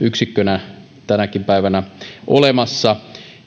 yksikkönä tänäkin päivänä olemassa